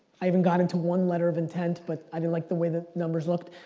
i even got into one letter of intent but i didn't like the way the numbers looked.